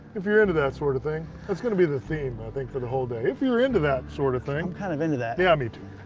if you are into that sort of thing. that's going to be the theme i think for the whole day. if you are into that sort of thing. i'm kind of into that. yeah, me too.